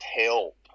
help